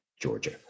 Georgia